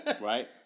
Right